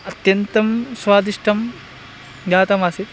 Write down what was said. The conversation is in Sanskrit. अत्यन्तं स्वादिष्टं जातमासीत्